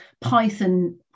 Python